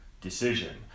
decision